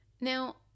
Now